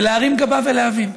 ולהרים גבה ולהבין?